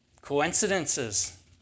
Coincidences